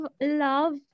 love